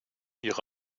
ihre